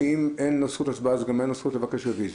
שאם אין לו זכות הצבעה אז גם אין לו זכות לבקש רוויזיה.